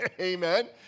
Amen